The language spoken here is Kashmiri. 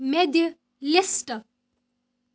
مےٚ دِ لِسٹ